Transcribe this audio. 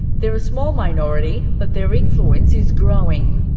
they are a small minority, but their influence is growing.